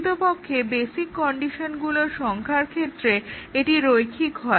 প্রকৃতপক্ষে বেসিক কন্ডিশনগুলোর সংখ্যার ক্ষেত্রে এটি রৈখিক হয়